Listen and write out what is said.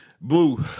Blue